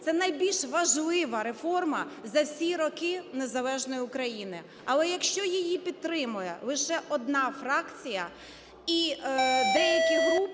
Це найбільш важлива реформа за всі роки незалежної України. Але, якщо її підтримає лише одна фракція і деякі групи